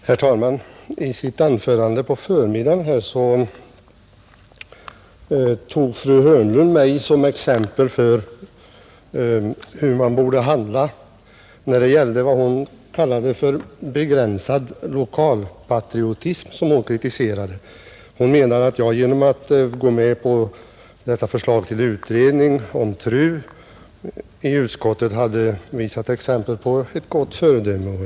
Herr talman! I sitt anförande här tidigare tog fru Hörnlund mig som exempel på hur man borde handla när det gällde vad hon kallade begränsad lokalpatriotism, en företeelse som hon kritiserade. Hon menade att jag genom att i utskottet gå med på förslaget till utredning om TRU hade visat ett gott föredöme.